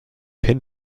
pin